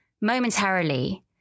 momentarily